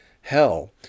hell